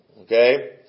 Okay